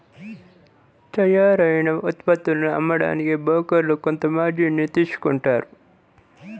తయ్యారైన ఉత్పత్తులను అమ్మడానికి బోకర్లు కొంత మార్జిన్ ని తీసుకుంటారు